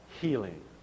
healing